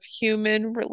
human